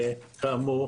וכאמור